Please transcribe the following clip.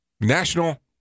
National